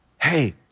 hey